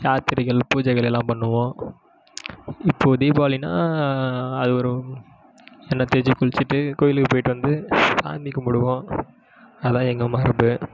யாத்திரைகள் பூஜைகள் எல்லாம் பண்ணுவோம் இப்போது தீபாவளினால் அது ஒரு எண்ணெய் தேய்ச்சி குளிச்சுட்டு கோயிலுக்கு போய்விட்டு வந்து சாமி கும்பிடுவோம் அதுதான் எங்கள் மரபு